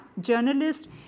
journalist